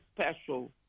special